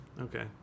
Okay